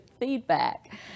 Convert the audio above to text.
feedback